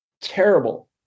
terrible